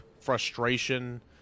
frustration